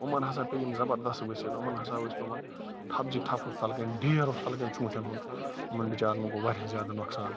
یِمَن ہسا پیٚے یِم زَبردست ؤسِتھ یِمَن ہسا ٲسۍ یِمَن اوس تَلہٕ کٔنۍ ڈیر اوس تَلہٕ کٔنۍ ژوٗنٛٹھیٚن ہنٛد یِمَن بِچاریٚن گوٚو واریاہ زیادٕ نۄقصان